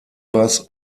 bass